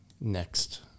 next